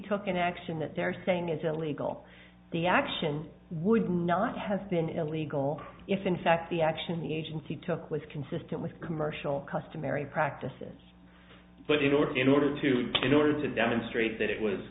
took an action that they're saying is illegal the action would not have been illegal if in fact the action the agency took was consistent with commercial customary practices but in order in order to in order to demonstrate that it was